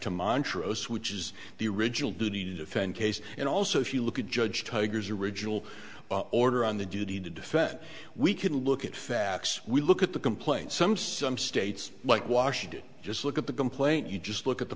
to montrose which is the original duty to defend case and also if you look at judge tiger's original order on the duty to defend we can look at facts we look at the complaint some some states like washington just look at the complaint you just look at the